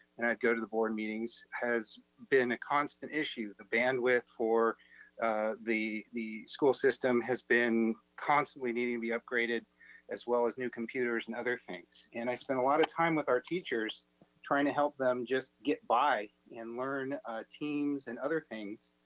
and i'd go to the board meetings has been a constant issue. the bandwidth for the the school system has been constantly needing to be upgraded as well as new computers and other things. and i spent a lot of time with our teachers trying to help them just get by and learn teams and other things